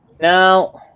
Now